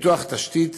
פיתוח תשתית